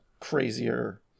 crazier